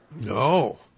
No